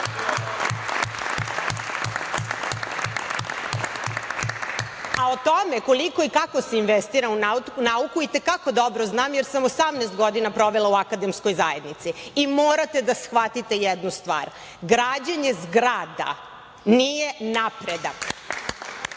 o tome koliko i kako se investira u nauku i te kako dobro znam, jer sam 18 godina provela u akademskoj zajednici. Morate da shvatite jednu stvar, građenje zgrada nije napredak.